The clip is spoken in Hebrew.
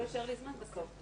לא יישאר לי זמן בסוף.